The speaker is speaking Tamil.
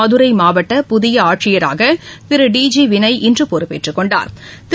மதுரை மாவட்ட புதிய ஆட்சியராக திரு டி ஜி வினய் இன்று பொறுப்பேற்றுக் கொண்டாா்